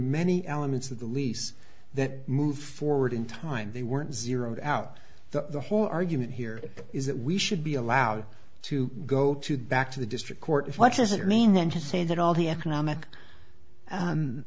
many elements of the lease that moved forward in time they weren't zeroed out that the whole argument here is that we should be allowed to go to back to the district court what does it mean then to say that all the economic